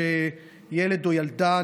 שילד או ילדה,